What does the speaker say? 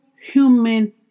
human